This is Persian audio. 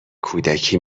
کودکی